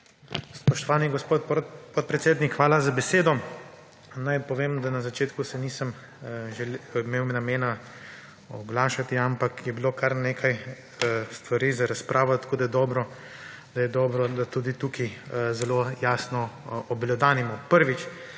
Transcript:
Spoštovani gospod podpredsednik, hvala za besedo. Naj povem, da na začetku se nisem imel namena oglašati, ampak je bilo kar nekaj stvari za razpravljati, tako je dobro, da tudi tukaj zelo jasno obelodanimo. Prvič.